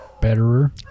betterer